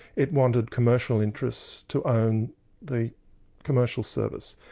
it wanted commercial interests to own the commercial service.